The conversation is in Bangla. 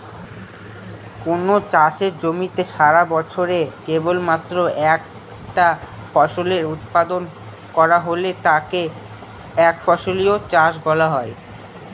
কোনো চাষের জমিতে সারাবছরে কেবলমাত্র একটা ফসলের উৎপাদন করা হলে তাকে একফসলি চাষ বলা হয়